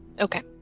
Okay